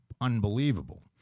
unbelievable